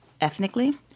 ethnically